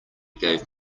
gave